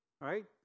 Right